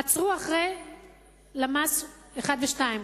עצרו אחרי למ"ס 1 ו-2,